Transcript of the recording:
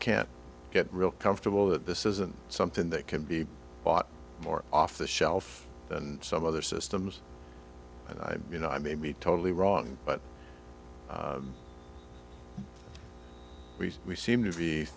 can't get real comfortable that this isn't something that can be bought for off the shelf and some other systems and you know i may be totally wrong but we seem to be